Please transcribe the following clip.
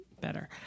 better